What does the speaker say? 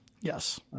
Yes